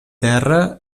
terra